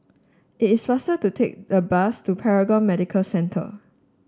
it is faster to take the bus to Paragon Medical Centre